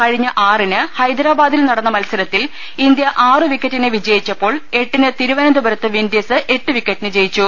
കഴിഞ്ഞ ആറിന് ഹൈദരാബാദിൽ നടന്ന മത്സര ത്തിൽ ഇന്ത്യ ആറു വിക്കറ്റിന് വിജയിച്ചപ്പോൾ എട്ടിന് തിരുവന ന്തപുരത്ത് വിൻഡീസ് എട്ട് വിക്കറ്റിന് ജയിച്ചു